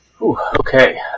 Okay